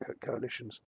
coalitions